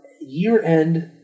year-end